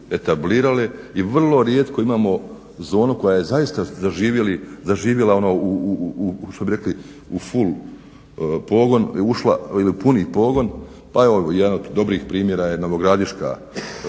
etablirale i vrlo rijetko imamo zonu koja je zaista zaživjela ono što bi rekli u full pogon ušla ili u puni pogon. Evo jedan od dobrih primjera je novogradiška